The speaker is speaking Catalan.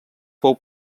fou